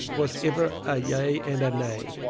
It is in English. was ever a yea and nay.